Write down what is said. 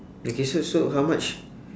okay so so how much